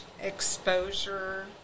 exposure